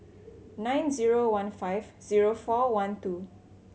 nine zero one five zero four one two